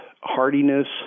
hardiness